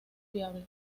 fiables